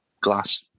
Glass